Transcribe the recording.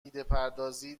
ایدهپردازی